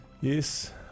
Yes